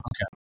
Okay